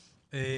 לזה אנחנו שותפים.